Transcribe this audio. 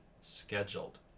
scheduled